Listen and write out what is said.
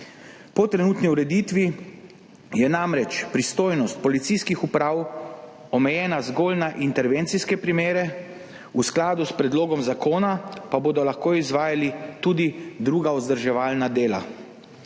Po trenutni ureditvi je namreč pristojnost policijskih uprav omejena zgolj na intervencijske primere, v skladu s predlogom zakona pa bodo lahko izvajali tudi druga vzdrževalna dela.